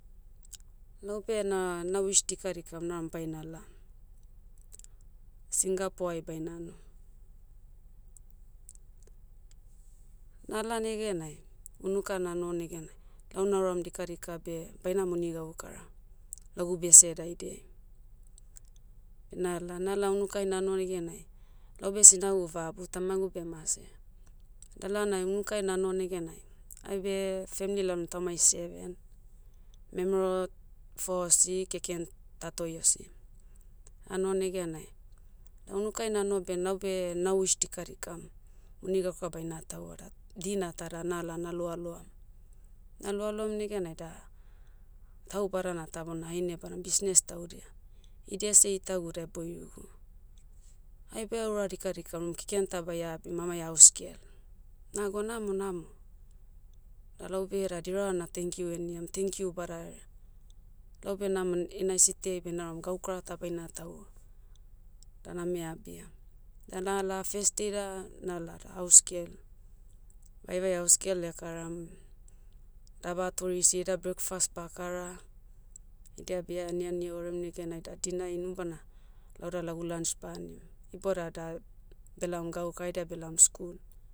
Laebe na, na wish dikadikam nauram bainala. Singapore ai baina noh. Nala negenai, unuka nanoho neganai, lau nauram dikadika beh, baina moni gaukara, lagu bese daidiai. Beh nala, nala unukai nanoh negenai, laube sinagu vabu tamagu bemase. Lalonai unukai nanoho neganai, aibe, femli laona taumai seven. Memero, foh osi keken tatoi osi. Anoh neganai, da unukai nanoh beh naube, na wish dikadikam, moni gaukara baina tahua da, dina tada nala na loaloa. Na loaloam negenai da, tau badana ta bona haine badan bisnes taudia. Idiase eitagu deh boirigu. Aibe aura dikadikam keken ta baia abim amai haus gel. Nagwa namo namo. Da laube da dirava na tenkiu heniam tenkiu badaherea. Laube nama ina city ai beh nauram gaukara ta baina tahua, da name abia. Da nala festida, nala da haus gel. Vaevae haus gel ekaram, daba toreisi eda brekfast bakara. Idia bianiani eorem negenai da dina inubana, lauda lagu lunch banim. Ibada da, belaom gaukara haidia belaom school.